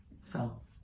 fell